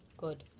good.